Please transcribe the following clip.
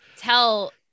tell